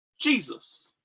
Jesus